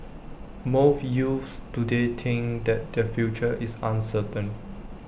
most youths today think that their future is uncertain